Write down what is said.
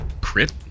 crit